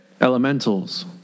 Elementals